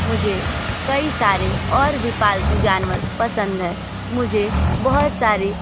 मुझे कई सारे और भी पालतू जानवर पसंद हैं मुझे बहुत सारे